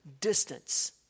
distance